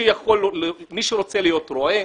מי שרוצה להיות רועה: